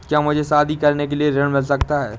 क्या मुझे शादी करने के लिए ऋण मिल सकता है?